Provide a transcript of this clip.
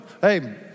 hey